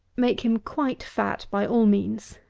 make him quite fat by all means.